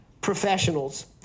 professionals